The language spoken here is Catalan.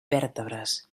vèrtebres